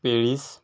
Paris